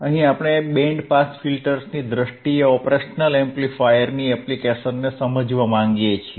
અહીં આપણે band pass ફિલ્ટર્સની દ્રષ્ટિએ ઓપરેશનલ એમ્પ્લીફાયર ની એપ્લિકેશન ને સમજવા માંગીએ છીએ